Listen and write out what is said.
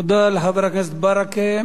תודה לחבר הכנסת ברכה.